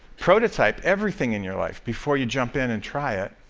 prototype everything in your life before you jump in and try it.